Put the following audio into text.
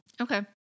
Okay